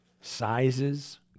sizes